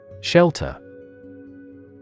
Shelter